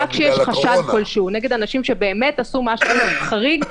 -- רק כשיש חשד כלשהו נגד אנשים שבאמת עשו משהו חריג,